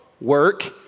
work